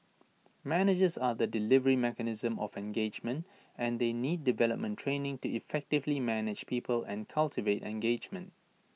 managers are the delivery mechanism of engagement and they need development training to effectively manage people and cultivate engagement